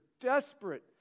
desperate